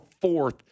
fourth